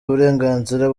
uburenganzira